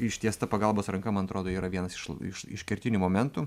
ištiesta pagalbos ranka man atrodo yra vienas iš l iš iš kertinių momentų